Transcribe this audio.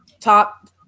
top